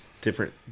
different